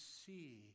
see